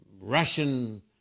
Russian